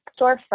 storefront